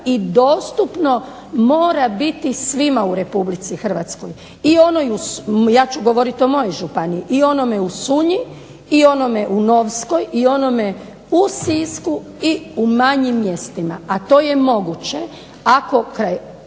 i dostupno mora biti svima u RH. Ja ću govoriti o mojoj županiji i onome u Sunji i onome u NOvskoj i onome u Sisku i u manjim mjestima. A to je moguće ako